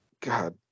god